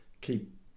keep